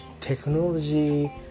technology